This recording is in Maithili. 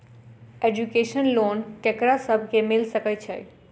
एजुकेशन लोन ककरा सब केँ मिल सकैत छै?